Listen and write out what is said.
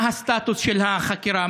מה הסטטוס של החקירה?